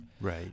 Right